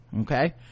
okay